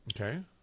Okay